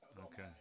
okay